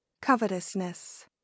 Covetousness